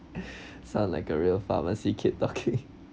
sounds like a real pharmacy kid talking